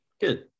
good